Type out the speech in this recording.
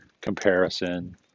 comparison